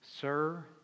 Sir